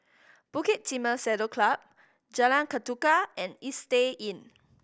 Bukit Timah Saddle Club Jalan Ketuka and Istay Inn